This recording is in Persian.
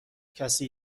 کسی